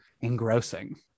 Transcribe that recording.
engrossing